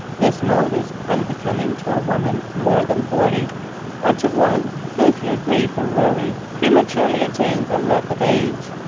this mode is unbecoming to a woman more than forty or, to one who through grief or worry prematurely attains a look of age,